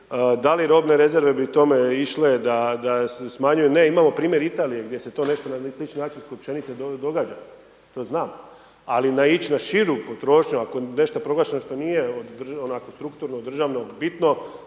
Da li robne rezerve bi tome išle da se smanjuju, ne, imamo primjer Italije gdje se to nešto na sličan način kod pšenice događa. Ali, naići na širu potrošnju, ako je nešto proglašeno što nije od strukturno, državnog bitno,